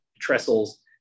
trestles